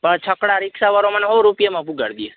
પણ છકડા રિક્ષા વારો મને હો રૂપિયામાં પહોંચાડી દે